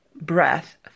Breath